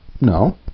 no